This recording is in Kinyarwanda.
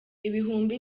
ibihumbi